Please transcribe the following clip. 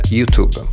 YouTube